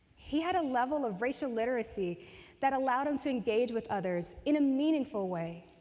he had a level of racial literacy that allowed him to engage with others in a meaningful way.